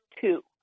two